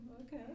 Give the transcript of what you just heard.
Okay